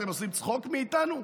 אתם עושים צחוק מאיתנו?